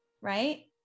right